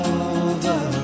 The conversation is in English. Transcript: over